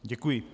Děkuji.